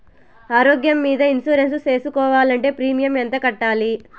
ఆరోగ్యం మీద ఇన్సూరెన్సు సేసుకోవాలంటే ప్రీమియం ఎంత కట్టాలి?